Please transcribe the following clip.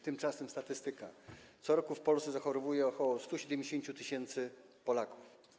Tymczasem statystyka: co roku w Polsce zachorowuje ok. 170 tys. Polaków.